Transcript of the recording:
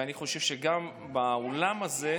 ואני חושב שגם באולם הזה,